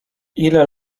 ile